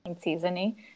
seasoning